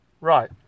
Right